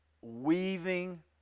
weaving